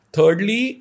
Thirdly